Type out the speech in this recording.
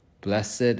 Blessed